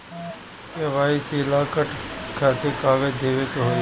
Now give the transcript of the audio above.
KYC ला कट्ठा कथी कागज देवे के होई?